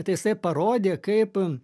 tai jisai parodė kaip